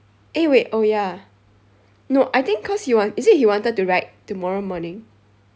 eh wait oh ya no I think cause he wa~ is it he wanted to ride tomorrow morning